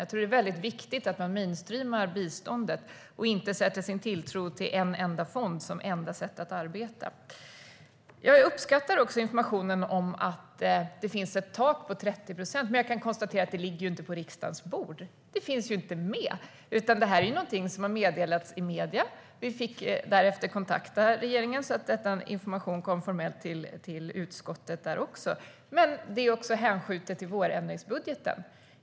Jag tror att det är väldigt viktigt att man mainstreamar biståndet och inte sätter sin tilltro till en enda fond som det enda sättet att arbeta. Jag uppskattar informationen om att det finns ett tak på 30 procent. Men jag kan konstatera att det här inte ligger på riksdagens bord. Det finns inte med. Detta är någonting som har meddelats i medier. Vi fick därefter kontakta regeringen, så att denna information formellt kom till utskottet. Men det är hänskjutet till vårändringsbudgeten.